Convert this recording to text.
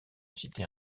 cité